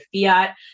fiat